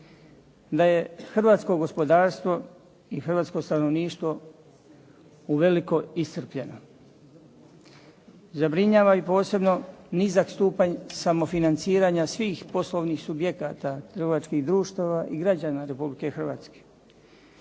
da je hrvatsko gospodarstvo i hrvatsko stanovništvo uveliko iscrpljeno. Zabrinjava i posebno nizak stupanj samofinanciranja svih poslovnih subjekata trgovačkih društava i građana Republike Hrvatske.